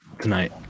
tonight